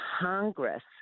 Congress